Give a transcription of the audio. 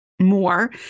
more